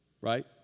right